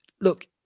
look